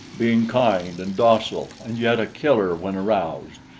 being kind and docile and yet a killer when aroused.